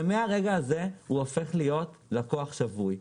מהרגע הזה הוא הופך להיות לקוח שבוי.